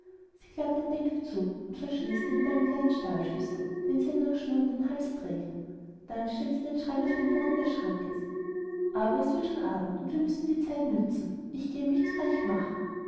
sie klappt den deckel zu und verschließt ihn mit einem kleinen stahlschlüssel den sie an einer schnur am halse trägt dann stellt sie den schrein auf den boden des schrankes aber es wird schon abend und wir müssen die zeit nützen ich gehe mich